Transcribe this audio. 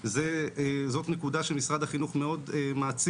וזו נקודה שמשרד החינוך מעצים,